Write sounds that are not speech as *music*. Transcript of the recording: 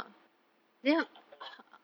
*noise* tak apa lah